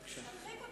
תרחיק אותי.